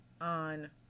on